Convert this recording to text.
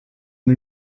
and